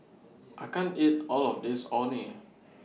I can't eat All of This Orh Nee